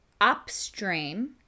upstream